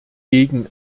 gegen